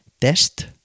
test